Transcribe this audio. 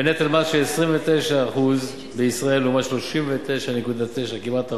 ונטל מס של 29% בישראל לעומת 39.9%, כמעט 40%,